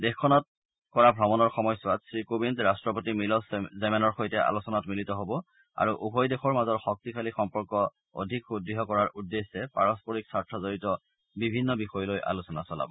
দেশখনত কৰা ভ্ৰমণৰ সময়ছোৱাত শ্ৰীকোবিন্দ ৰাট্টপতি মিল'জ জেমেনৰ সৈতে আলোচনাত মিলিত হ'ব আৰু উভয় দেশৰ মাজৰ শক্তিশালী সম্পৰ্ক অধিক সুদৃঢ় কৰাৰ উদ্দেশ্যে পাৰস্পৰিক স্বাৰ্থজড়িত বিভিন্ন বিষয় লৈ আলোচনা চলাব